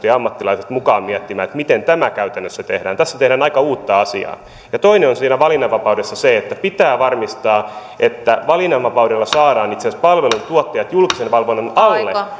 ja ammattilaiset mukaan miettimään miten tämä käytännössä tehdään tässä tehdään aika uutta asiaa ja toinen on siinä valinnanvapaudessa se että pitää varmistaa että valinnanvapaudella saadaan itse asiassa palveluntuottajat julkisen valvonnan alle